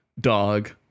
dog